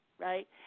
Right